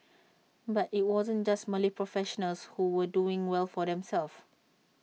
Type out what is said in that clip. but IT wasn't just Malay professionals who were doing well for themselves